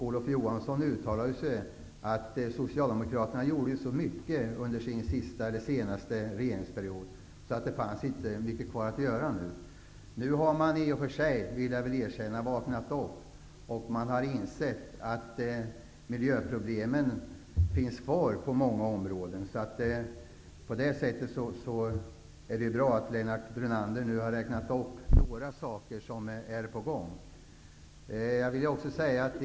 Olof Johansson har uttalat att Socialdemokraterna gjorde så mycket under sin senaste regeringsperiod att det inte återstod särskilt mycket att göra. I och för sig, det skall jag erkänna, har man nog vaknat och insett att miljöproblemen finns kvar på många områden. Mot den bakgrunden tycker jag att det är bra att Lennart Brunander räknat upp några saker som är på gång.